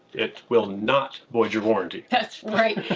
it will not void your warranty. that's right,